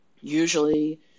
usually